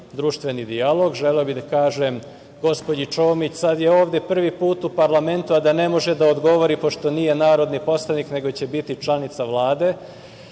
društveni dijalog. Želeo bih da kažem gospođi Čomić, sada je ovde prvi put u parlamentu a da ne može da odgovori pošto nije narodni poslanik nego će biti članica Vlade,